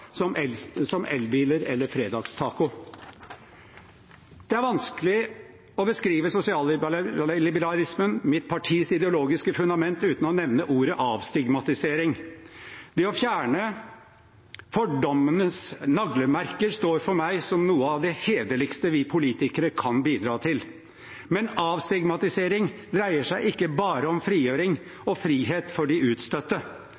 som elbiler eller fredagstaco. Det er vanskelig å beskrive sosialliberalismen, mitt partis ideologiske fundament, uten å nevne ordet avstigmatisering. Det å fjerne fordommenes naglemerker står for meg som noe av det hederligste vi politikere kan bidra til. Men avstigmatisering dreier seg ikke bare om frigjøring og frihet for de utstøtte.